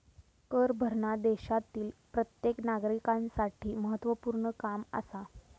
कर भरना देशातील प्रत्येक नागरिकांसाठी महत्वपूर्ण काम आसा